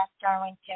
Darlington